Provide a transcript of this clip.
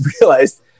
realized